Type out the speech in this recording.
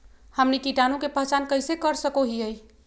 हमनी कीटाणु के पहचान कइसे कर सको हीयइ?